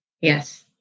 Yes